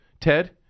Ted